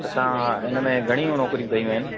त तव्हां हिन में घणी नौकिरियूं कयूं आहिनि